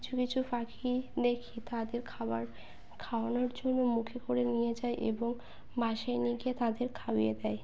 কিছু কিছু পাখি দেখি তাদের খাবার খাওয়ানোর জন্য মুখে করে নিয়ে যায় এবং বাসায় নিয়ে গ তাদের খাইয়ে দেয়